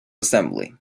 assembly